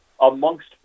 amongst